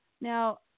Now